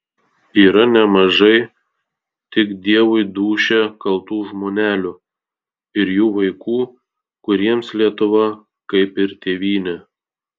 yra nemažai tik dievui dūšią kaltų žmonelių ir jų vaikų kuriems lietuva kaip ir tėvynė